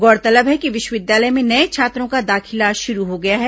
गौरतलब है कि विश्वविद्यालय में नये छात्रों का दाखिला शुरू हो गया है